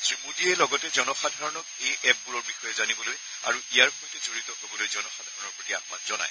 শ্ৰীমোদীয়ে লগতে জনসাধাৰণক এই এপবোৰৰ বিষয়ে জানিবলৈ আৰু ইয়াৰ সৈতে জড়িত হবলৈ জনসাধাৰণৰ প্ৰতি আহান জনায়